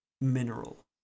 mineral